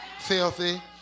filthy